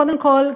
קודם כול,